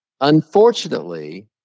Unfortunately